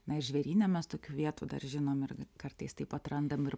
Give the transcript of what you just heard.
na ir žvėryne mes tokių vietų dar žinom ir ir kartais taip atrandam ir